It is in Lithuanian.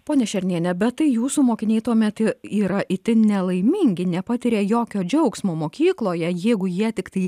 ponia šerniene bet tai jūsų mokiniai tuomet yra itin nelaimingi nepatiria jokio džiaugsmo mokykloje jeigu jie tiktai